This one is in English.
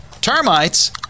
Termites